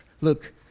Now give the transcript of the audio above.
Look